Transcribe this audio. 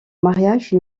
mariage